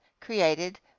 created